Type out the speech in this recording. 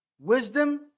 Wisdom